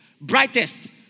brightest